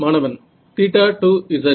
மாணவன் θ 2 z